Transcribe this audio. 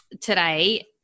today